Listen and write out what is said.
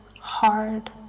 hard